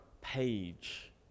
page